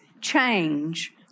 change